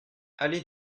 allée